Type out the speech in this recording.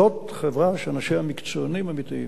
זאת חברה שאנשיה מקצוענים אמיתיים.